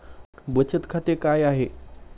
बचत खाते काय आहे?